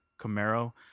Camaro